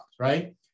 right